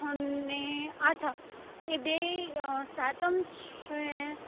અને આઠમ એ બેય સાતમ છે